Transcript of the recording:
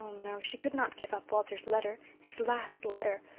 no, she could not give up walter's letter his last letter.